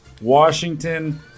Washington